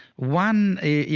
one a, you